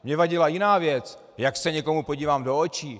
Mně vadila jiná věc jak se někomu podívám do očí.